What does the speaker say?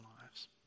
lives